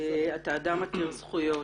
אתה אדם עתיר זכויות,